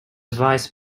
vice